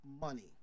money